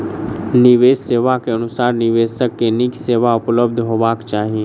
निवेश सेवा के अनुसार निवेशक के नीक सेवा उपलब्ध हेबाक चाही